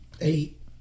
Eight